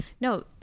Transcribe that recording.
no